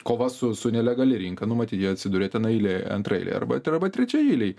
kova su su nelegali rinka nu matyt jie atsiduria tenai eilėj antraeiliai arba arba trečiaeiliai